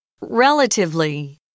Relatively